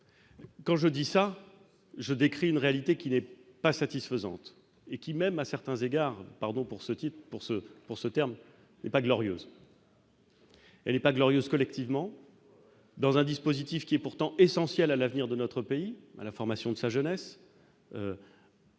disant cela, je décris une réalité qui n'est pas satisfaisante et qui même, à certains égards- pardon d'employer ce terme -, n'est pas glorieuse. Elle n'est pas glorieuse collectivement, s'agissant d'un dispositif qui est pourtant essentiel à l'avenir de notre pays, à la formation de sa jeunesse,